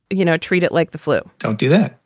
you know, treat it like the flu don't do that,